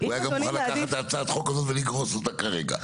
הוא היה מוכן גם לקחת את הצעת החוק הזאת ולגרוס אותה כרגע.